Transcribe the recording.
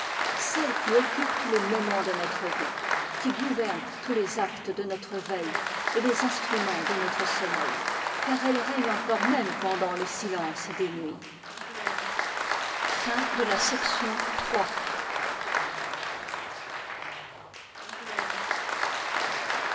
celle qui occupe tous les moments de notre vie qui gouverne tous les actes de notre veille et les instruments de notre sommeil car elle règne encore même pendant le silence des nuits